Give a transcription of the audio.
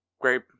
great